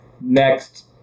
Next